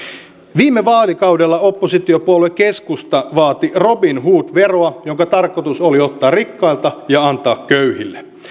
viime vaalikaudella oppositiopuolue keskusta vaati robin hood veroa jonka tarkoitus oli ottaa rikkailta ja antaa köyhille